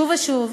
שוב ושוב,